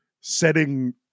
setting